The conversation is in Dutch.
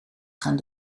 gaan